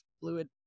fluid